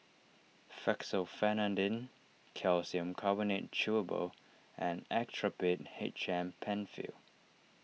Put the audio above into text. Fexofenadine Calcium Carbonate Chewable and Actrapid H M Penfill